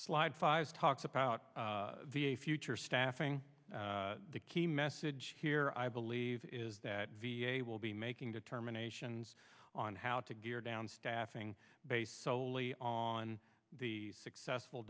slide five talks about the a future staffing the key message here i believe is that v a will be making determinations on how to gear down staffing based solely on the successful